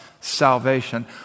salvation